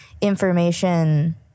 information